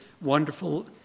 wonderful